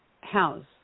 house